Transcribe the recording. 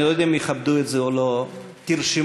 אני לא יודע אם יכבדו את זה או לא: תרשמו,